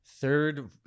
third